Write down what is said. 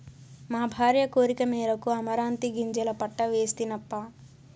మా భార్య కోరికమేరకు అమరాంతీ గింజల పంట వేస్తినప్పా